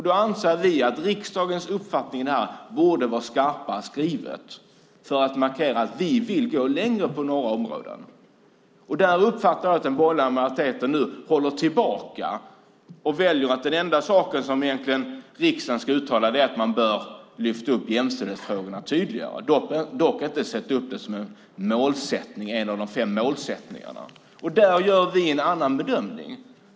Då anser vi att riksdagens uppfattning borde vara skarpare skriven för att markera att vi vill gå längre på några områden. Där uppfattar jag att den borgerliga majoriteten håller tillbaka och väljer att säga att den enda saken som riksdagen ska uttala är att man bör lyfta upp jämställdhetsfrågorna tydligare, dock inte låta dem ingå som mål i en av de fem målsättningarna. Där gör vi en annan bedömning.